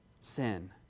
sin